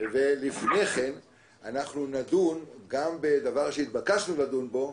לפני כן נדון בעוד דבר שהתבקשנו לדון בו: